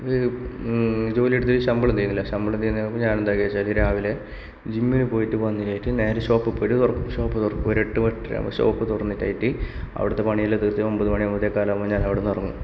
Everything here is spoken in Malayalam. ജോലി എടുത്ത് ശമ്പളം തരുന്നില്ല ശമ്പളം ഞാൻ എന്താക്കി എന്നുവെച്ചാല് രാവിലെ ജിമ്മിന് പോയിട്ട് വന്ന് ആയിട്ട് നേരെ ഷോപ്പിൽ പോയിട്ട് തുറക്കും ഒര് എട്ട് എട്ടര ആകുമ്പോൾ ഷോപ്പ് തുറന്നിട്ടായിട്ട് അവിടുത്തെ പണിയെല്ലാം തീർത്തിട്ട് ഒമ്പത് മണി ആകുമ്പത്തേക്ക് ഞാൻ അവിടുന്ന് ഇറങ്ങും